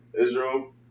Israel